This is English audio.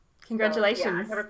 Congratulations